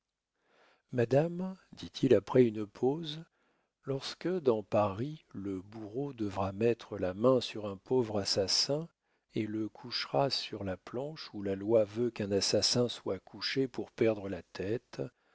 dit il après une pause lorsque dans paris le bourreau devra mettre la main sur un pauvre assassin et le couchera sur la planche où la loi veut qu'un assassin soit couché pour perdre la tête